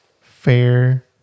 fair